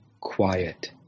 quiet